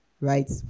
Right